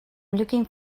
looking